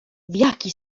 jaki